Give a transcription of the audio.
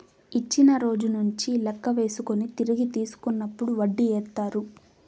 ఇచ్చిన రోజు నుంచి లెక్క వేసుకొని తిరిగి తీసుకునేటప్పుడు వడ్డీ ఏత్తారు